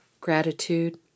gratitude